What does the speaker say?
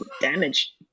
damage